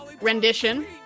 Rendition